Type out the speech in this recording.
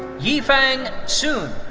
yifeng sun.